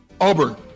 Auburn